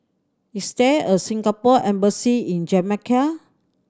is there a Singapore Embassy in Jamaica